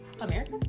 America